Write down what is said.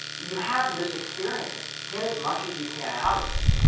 you have this experience, get as much as you can out of it.